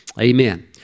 Amen